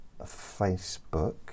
Facebook